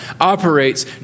operates